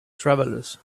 travelers